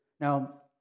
Now